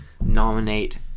nominate